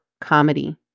comedy